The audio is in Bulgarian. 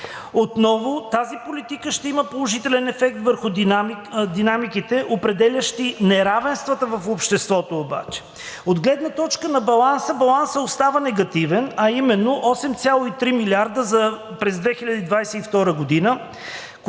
Отново тази политика ще има положителен ефект върху динамиките, определящи неравенствата в обществото обаче. От гледна точка на баланса. Балансът остава негативен, а именно – 8,3 милиарда през 2022 г.,